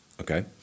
okay